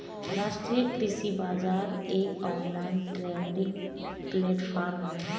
राष्ट्रीय कृषि बाजार एक ऑनलाइन ट्रेडिंग प्लेटफॉर्म है